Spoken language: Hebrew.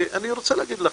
אני רוצה להגיד לכם,